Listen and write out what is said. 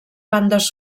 bandes